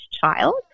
child